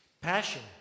passion